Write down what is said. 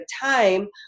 time